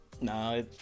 No